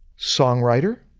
songwriter,